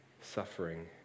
suffering